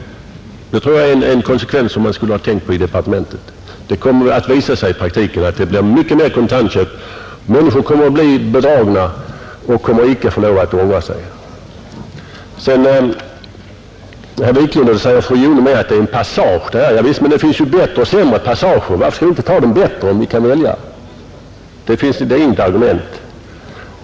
Det tror jag är en konsekvens som man borde ha tänkt på i departementet. Det kommer att visa sig i praktiken att det blir mycket fler kontantköp. Människor kommer att bli bedragna och får inte lov att ångra sig. Sedan sade herr Wiklund i Stockholm, och det gjorde också fru Jonäng, att den här lagstiftningen är en passage. Javisst, men det finns ju bättre och sämre passager. Varför inte ta den bättre om vi kan välja? Det är inget argument.